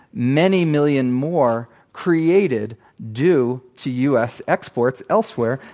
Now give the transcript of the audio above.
many million more created due to u. s. exports elsewhere.